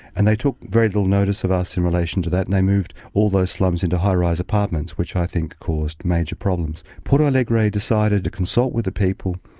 and they took very little notice of us in relation to that and they moved all those slums into high-rise apartments, which i think caused major problems. porto alegre decided to consult with the people,